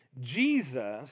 Jesus